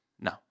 No